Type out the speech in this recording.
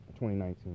2019